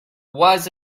was